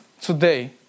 today